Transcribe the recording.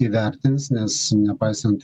įvertins nes nepaisant